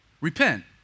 Repent